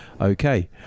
Okay